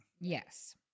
Yes